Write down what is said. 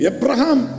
Abraham